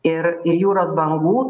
ir ir jūros bangų